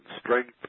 strength